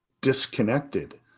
disconnected